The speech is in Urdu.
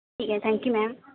ٹھیک ہے تھینک یو میم